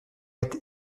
être